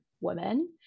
women